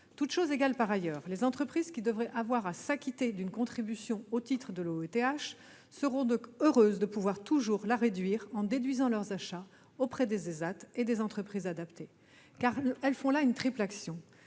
Toutes choses égales par ailleurs, les entreprises qui devraient avoir à s'acquitter d'une contribution au titre de l'OETH seront donc heureuses de pouvoir continuer à réduire son montant en déduisant leurs achats auprès d'ESAT et d'entreprises adaptées. Car, en effectuant de tels achats,